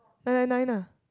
nine nine nine lah